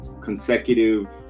consecutive